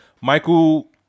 Michael